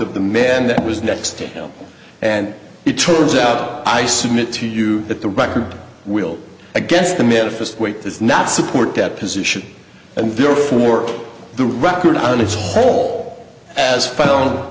of the men that was next to him and it turns out i submit to you that the record will against the manifest weight does not support that position and therefore the record on its whole as f